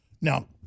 Now